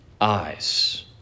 eyes